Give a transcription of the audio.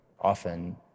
often